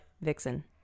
Vixen